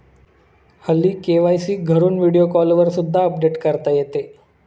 हल्ली के.वाय.सी घरून व्हिडिओ कॉलवर सुद्धा अपडेट करता येते